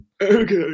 okay